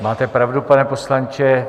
Máte pravdu, pane poslanče.